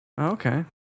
Okay